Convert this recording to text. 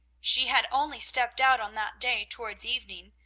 she had only stepped out on that day towards evening,